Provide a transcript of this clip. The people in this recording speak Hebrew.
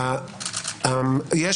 תודה.